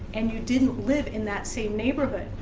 and you didn't live in that same neighborhood.